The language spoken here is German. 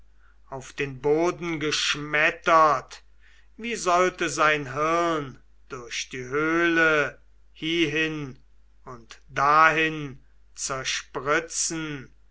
auf den boden geschmettert wie sollte sein hirn durch die höhle hiehin und dahin